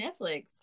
Netflix